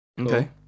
okay